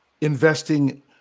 investing